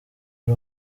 ari